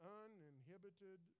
uninhibited